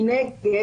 מנגד,